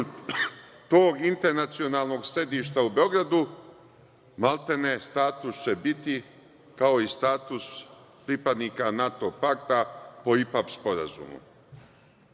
tog internacionalnog sedišta u Beogradu, maltene status biće kao i status pripadnika NATO pakta po IPA sporazumu.